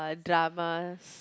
uh dramas